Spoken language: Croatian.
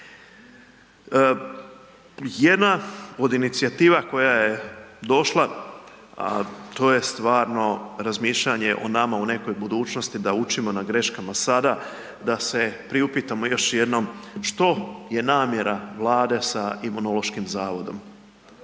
Jedna od inicijativa koja je došla, a to je stvarno razmišljanje o nama u nekoj budućnosti da učimo na greškama sada, da se priupitamo još jednom što je namjera Vlade sa Imunološkim zavodom.